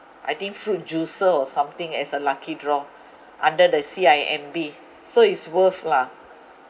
I think food juicer or something as a lucky draw under the C_I_M_B so it's worth lah